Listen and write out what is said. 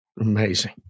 Amazing